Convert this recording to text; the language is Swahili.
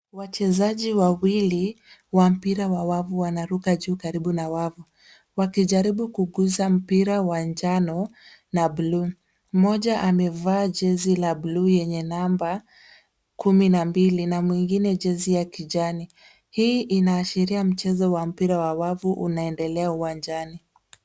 Wachezaji wawili wa mpira wa wavu wanaruka juu karibu na wavu wakijaribu kugusa mpira wa njano na bluu. Mmoja amevaa jezi la bluu yenye namba kumi na mbili na mwingine jezi ya kijani. Hii inaashiria mchezo wa mpira wa wavu unaendelea uwanjani.